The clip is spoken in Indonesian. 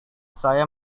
saya